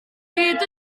gyd